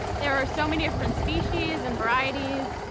there are so many different species and varieties